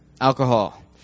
alcohol